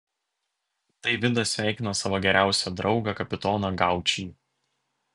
tai vidas sveikina savo geriausią draugą kapitoną gaučį